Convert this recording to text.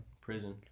Prison